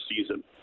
season